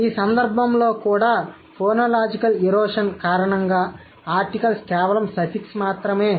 ఈ సందర్భంలో కూడా ఫోనోలాజికల్ ఎరోషన్ కారణంగా ఆర్టికల్స్ కేవలం సఫిక్స్ మాత్రమే